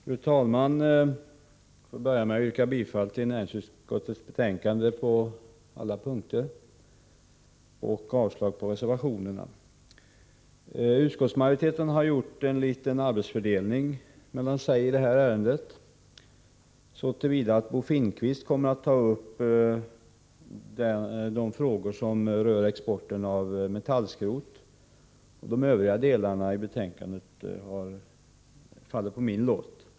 Fru talman! Jag börjar med att yrka bifall till näringsutskottets hemställan på alla punkter och avslag på reservationerna. Utskottsmajoriteten har i det här ärendet gjort en arbetsfördelning så till vida, att Bo Finnkvist kommer att ta upp de frågor som rör exporten av metallskrot, och de övriga delarna av betänkandet har fallit på min lott.